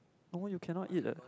no you cannot eat leh